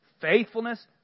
faithfulness